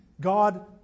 God